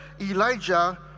Elijah